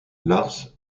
lars